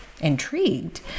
intrigued